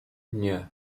nie